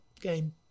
game